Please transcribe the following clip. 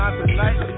tonight